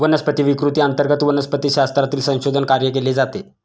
वनस्पती विकृती अंतर्गत वनस्पतिशास्त्रातील संशोधन कार्य केले जाते